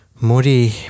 Mori